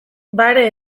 bare